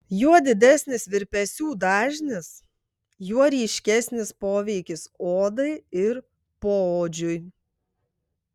juo didesnis virpesių dažnis juo ryškesnis poveikis odai ir poodžiui